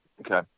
Okay